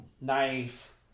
knife